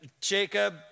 Jacob